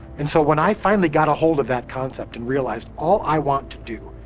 and so when i finally got ahold of that concept and realized all i want to do,